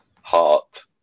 heart